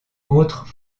autres